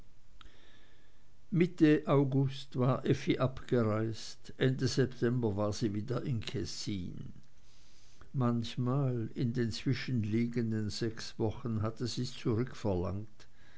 mitte august war effi abgereist ende september war sie wieder in kessin manchmal in den zwischenliegenden sechs wochen hatte sie's zurückverlangt